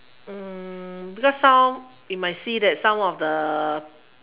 uh because some you might see that some of the